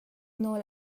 nawl